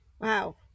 Wow